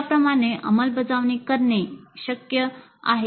त्याप्रमाणे अंमलबजावणी करणे शक्य आहे